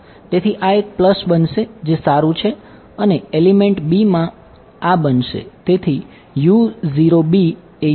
તેથી આ એક પ્લસ બનશે જે સારું છે અને એલિમેંટ b માં આ બનશે